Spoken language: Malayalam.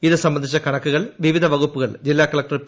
ഇത് സംബന്ധിച്ച കണക്കുകൾ വിവിധ വകുപ്പുകൾ ജില്ലാ കളക്ടർ പി